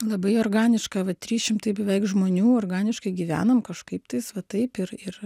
labai organiška va trys šimtai beveik žmonių organiškai gyvenam kažkaip tais va taip ir ir